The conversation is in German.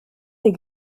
die